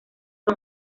son